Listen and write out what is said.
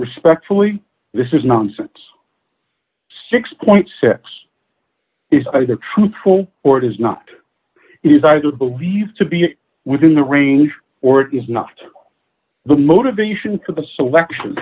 respectfully this is nonsense six six is either truthful or it is not is either believed to be within the range or it is not the motivation to the selection